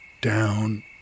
down